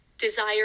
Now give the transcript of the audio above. Desire